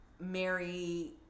Mary